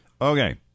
Okay